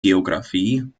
geografie